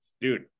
dude